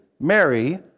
Mary